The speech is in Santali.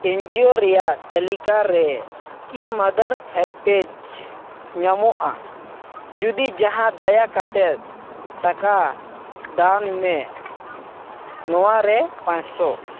ᱮᱱᱡᱤᱭᱳ ᱨᱮᱭᱟᱜ ᱛᱟᱞᱤᱠᱟ ᱨᱮ ᱠᱤ ᱢᱟᱫᱟᱨ ᱦᱮᱞᱯᱮᱡᱽ ᱧᱟᱢᱚᱜᱼᱟ ᱡᱩᱫᱤ ᱡᱟᱦᱟᱸ ᱫᱟᱭᱟ ᱠᱟᱛᱮᱫ ᱴᱟᱠᱟ ᱫᱟᱱᱢᱮ ᱱᱚᱣᱟᱨᱮ ᱯᱟᱸᱥᱥᱚ